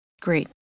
Great